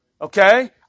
Okay